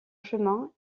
chemin